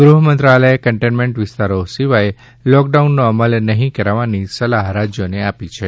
ગુહમંત્રાલયે containment વિસ્તારો સિવાય લોકડાઉનનો અમલ નહીં કરવાની સલાહ રાજ્યોને આપી છે